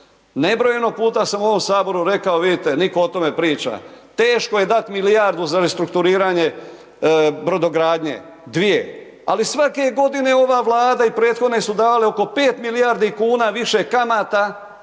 Nebrojeno puta sam u ovome Saboru rekao, vidite, nitko o tome ne priča, teško je dati milijardu za restrukturiranje brodogradnje, dvije. Ali svake godine ova vlada i prethodne su dale oko 5 milijardi kuna više kamata